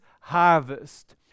harvest